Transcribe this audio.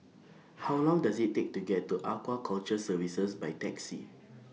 How Long Does IT Take to get to Aquaculture Services By Taxi